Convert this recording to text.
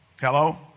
Hello